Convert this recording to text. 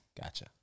Gotcha